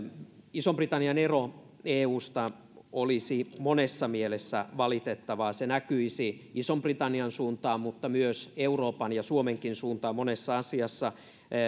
ison britannian ero eusta olisi monessa mielessä valitettavaa se näkyisi ison britannian suuntaan mutta myös euroopan ja suomenkin suuntaan monessa asiassa